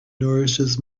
nourishes